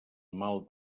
mal